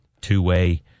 Two-way